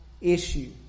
issue